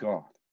God